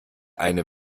eine